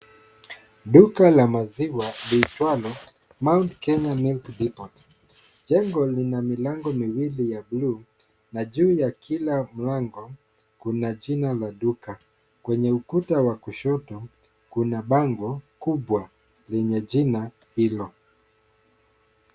Duka la maziwa liitwalo Mount Kenya Milk Depot. Jengo lina milango miwili ya bluu na juu ya kila mlango kuna jina la duka. Kwenye ukuta wa kushoto kuna bango kubwa lenye jina hilo.